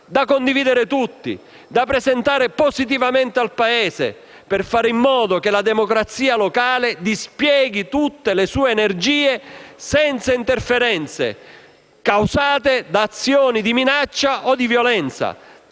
da condividere tutti e da presentare positivamente al Paese, per fare in modo che la democrazia locale dispieghi tutte le sue energie, senza interferenze causate da azioni di minaccia o di violenza